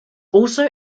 also